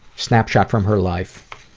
snapshot from her life,